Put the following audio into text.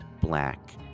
black